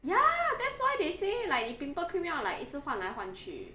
ya that's why they say like 你 pimple cream 要 like 一直换来换去